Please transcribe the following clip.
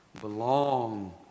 belong